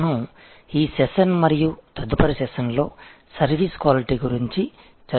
మనం ఈ సెషన్ మరియు తదుపరి సెషన్ లో సర్వీస్ క్వాలిటీ గురించి చర్చించబోతున్నాం